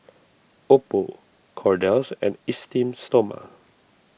Oppo Kordel's and Esteem Stoma